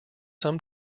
some